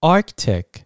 Arctic